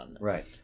Right